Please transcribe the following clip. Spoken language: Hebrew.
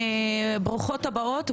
ברוכות הבאות,